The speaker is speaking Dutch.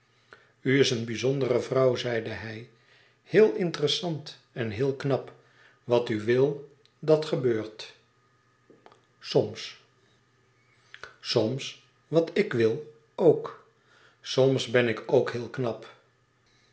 is een bizondere vrouw zeide hij heel interessant en heel knap wat u wil dat gebeurt soms soms wat ik wil ook soms ben ik ook heel knap